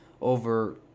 over